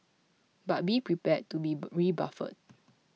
but be prepared to be rebuffed